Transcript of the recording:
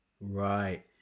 Right